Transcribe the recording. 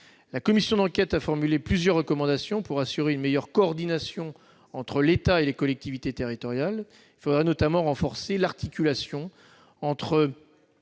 La commission d'enquête a formulé plusieurs recommandations pour assurer une meilleure coordination entre l'État et les collectivités territoriales. Il faudra notamment renforcer l'articulation entre